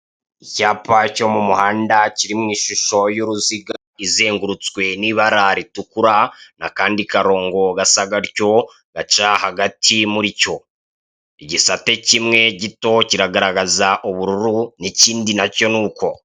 Icyapa cyo mu muhanda kiri mu ishusho y'uruziga izengurutswe n'ibara ritukura n'akandi karongo gasa gatyo gaca hagati muri cyo, igisate kamwe gito kiragaza ubururu n'ikindi nacyo nuko.